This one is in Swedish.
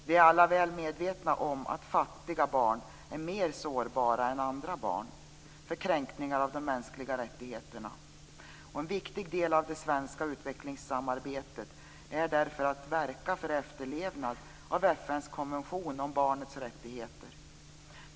Vi är alla väl medvetna om att fattiga barn är mer sårbara än andra barn för kränkningar av de mänskliga rättigheterna. En viktig del av det svenska utvecklingssamarbetet är därför att verka för efterlevnad av FN:s konvention om barnets rättigheter.